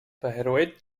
bayreuth